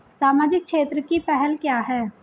सामाजिक क्षेत्र की पहल क्या हैं?